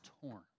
torn